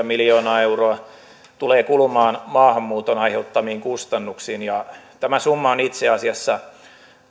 miljoonaa euroa tulee kulumaan maahanmuuton aiheuttamiin kustannuksiin tämä summa on itse asiassa